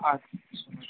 আচ্ছা ম্যাম